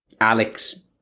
Alex